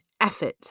effort